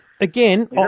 Again